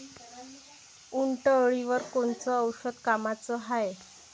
उंटअळीवर कोनचं औषध कामाचं हाये?